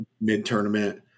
Mid-tournament